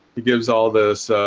he gives all this